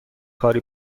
کاری